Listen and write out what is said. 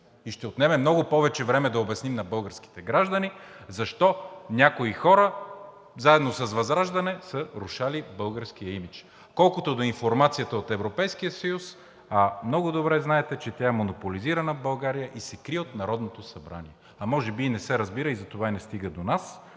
И ще отнеме много повече време да обясним на българските граждани защо някои хора заедно с ВЪЗРАЖДАНЕ (председателят дава сигнал, че времето е изтекло) са рушали българския имидж. Колкото до информацията от Европейския съюз, много добре знаете, че тя е монополизирана в България и се крие от Народното събрание, а може би и не се разбира и затова не стига до нас.